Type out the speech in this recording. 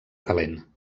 calent